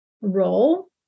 role